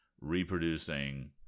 reproducing